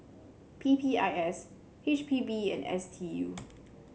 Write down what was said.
P P I S H P B and S T U